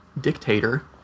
dictator